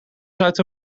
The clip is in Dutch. zuid